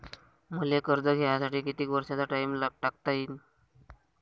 मले कर्ज घ्यासाठी कितीक वर्षाचा टाइम टाकता येईन?